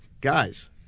guys